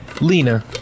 Lena